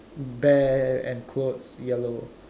bear and clothes yellow